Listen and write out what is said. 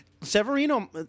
Severino